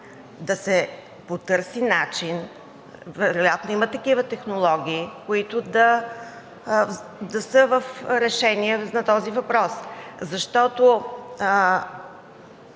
да се потърси начин, вероятно има такива технологии, които да са в решение за този въпрос. Защото